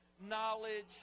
knowledge